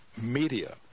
media